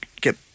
get